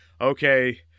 okay